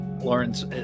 Lawrence